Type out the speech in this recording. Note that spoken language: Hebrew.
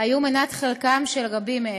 היו מנת חלקם של רבים מהם.